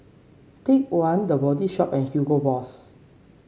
Take One The Body Shop and Hugo Boss